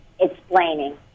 explaining